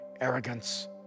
arrogance